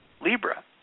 Libra